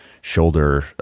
shoulder